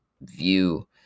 view